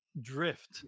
drift